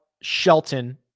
Shelton